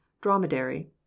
dromedary